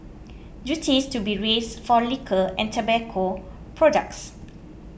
duties to be raised for liquor and tobacco products